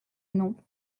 nom